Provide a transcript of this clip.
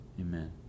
Amen